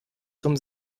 zum